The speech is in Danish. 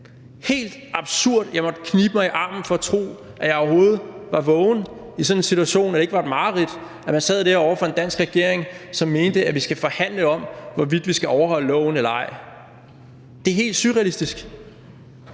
måtte i sådan en situation knibe mig i armen for at tro, at jeg overhovedet var vågen, og at det ikke var et mareridt, at man sad der over for en dansk regering, som mente, at vi skulle forhandle om, hvorvidt vi skal overholde loven eller ej. Det er helt surrealistisk,